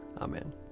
Amen